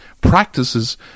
practices